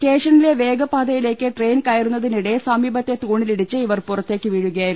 സ്റ്റേഷനിലെ വേഗപ്പാതയിലേക്ക് ട്രെയിൻ കയറുന്നതിനിടെ സമീപത്തെ തൂണിലിടിച്ച് ഇവർ പുറത്തേക്ക് വീഴുകയായിരുന്നു